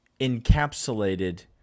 encapsulated